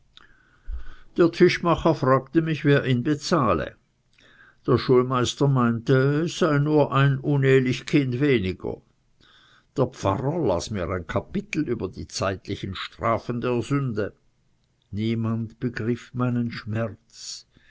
der tischmacher fragte mich wer ihn bezahle der schulmeister meinte es sei nur ein unehelich kind weniger der pfarrer las mir ein kapitel über die zeitlichen strafen der sünde niemand begriff meinen schmerz